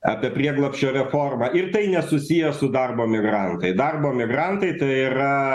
apie prieglobsčio reformą ir tai nesusiję su darbo migrantai darbo migrantai tai yra